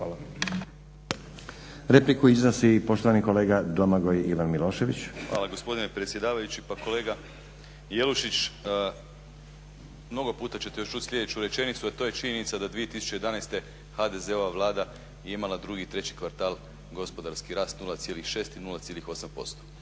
Ivan Milošević. **Milošević, Domagoj Ivan (HDZ)** Hvala gospodine predsjedavajući. Pa kolega Jelušić mnogo puta ćete još čuti sljedeću rečenicu, a to je činjenica da 2011. HDZ-ova Vlada je imala drugi i treći kvartal gospodarski rast 0,6 i 0,8%.